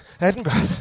Edinburgh